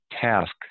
task